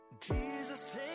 Jesus